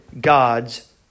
God's